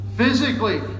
Physically